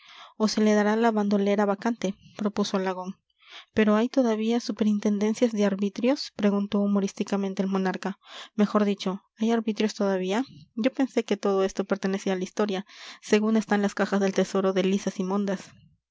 o se le dará la bandolera vacante propuso alagón pero hay todavía superintendencias de arbitrios preguntó humorísticamente el monarca mejor dicho hay arbitrios todavía yo pensé que todo eso pertenecía a la historia según están las cajas del tesoro de lisas y mondas